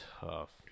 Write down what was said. tough